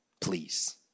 please